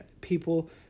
people